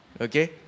Okay